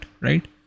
right